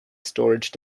storage